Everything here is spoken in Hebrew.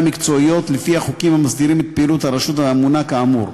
מקצועיות לפי החוקים המסדירים את פעילות הרשות והממונה כאמור.